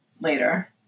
later